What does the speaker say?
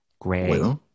Gray